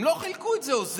הם לא חילקו את זה מאוזן.